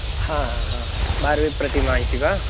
हा हा हा बार्बि प्रतिमा इति वा